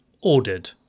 ordered